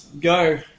go